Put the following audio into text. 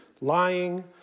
Lying